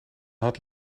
had